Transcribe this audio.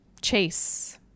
Chase